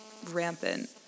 rampant